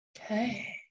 Okay